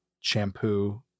shampoo